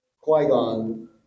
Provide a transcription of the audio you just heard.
Qui-Gon